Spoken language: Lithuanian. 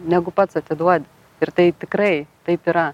negu pats atiduo ir tai tikrai taip yra